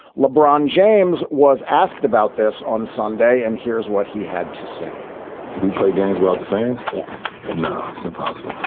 lebron james was asked about this on sunday, and here's what he had to say we play games. well, the fans impossibly